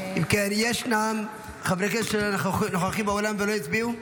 ישנם חברי כנסת שנוכחים באולם ולא הצביעו?